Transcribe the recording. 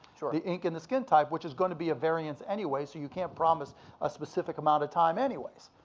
sure. the ink and the skin type, which is gonna be a variance anyway, so you can't promise a specific amount of time anyways.